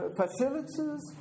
facilities